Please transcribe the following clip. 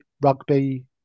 rugby